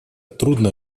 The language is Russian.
трудно